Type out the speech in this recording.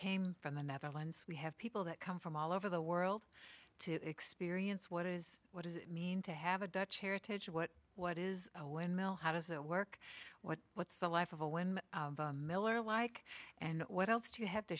came from the netherlands we have people that come from all over the world to experience what it is what does it mean to have a dutch heritage what what is a wind mill how does it work what what's the life of a wind mill or like and what else do you have to